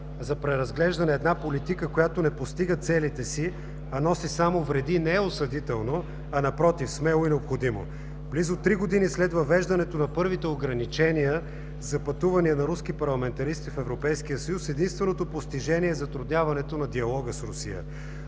за преразглеждане, политика, която не постига целите си, а носи само вреди, не е осъдително – напротив, смело и необходимо. Близо три години след въвеждането на първите ограничения за пътувания на руски парламентаристи в Европейския съюз единственото постижение е затрудняването на диалога с Русия.